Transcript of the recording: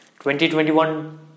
2021